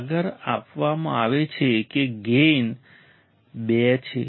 આગળ આપવામાં આવે છે કે ગેઇન 2 છે